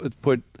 put